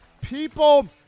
People –